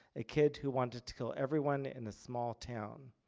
a kid who wanted to kill everyone in the small town.